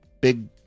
big